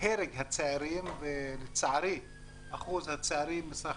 הרג הצעירים ולצערי אחוז הצעירים מסך